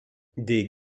des